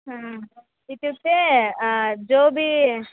हा इत्युक्ते जोबि